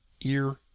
ear